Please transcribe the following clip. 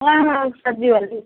हाँ हाँ सब्ज़ी वाली